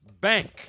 bank